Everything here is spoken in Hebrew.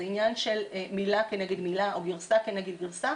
זה עניין של מילה כנגד מילה או גרסה כנגד גרסה